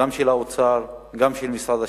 גם של האוצר וגם של משרד השיכון,